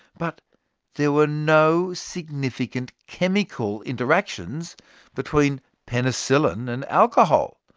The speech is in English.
but there were no significant chemical interactions between penicillin and alcohol.